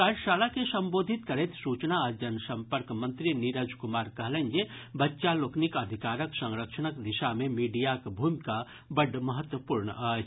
कार्यशाला के संबोधित करैत सूचना आ जनसम्पर्क मंत्री नीरज कुमार कहलनि जे बच्चा लोकनिक अधिकारक संरक्षणक दिशा मे मीडियाक भूमिका बड्ड महत्वपूर्ण अछि